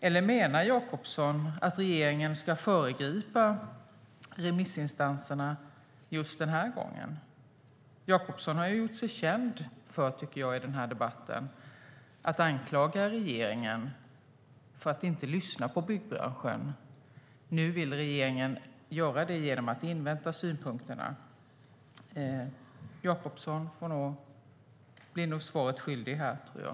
Eller menar Jakobsson att regeringen ska föregripa remissinstanserna just den här gången? Jakobsson har i debatten om denna fråga gjort sig känd för att anklaga regeringen för att inte lyssna på byggbranschen. Nu vill regeringen göra det genom att invänta synpunkterna. Jakobsson blir nog svaret skyldig.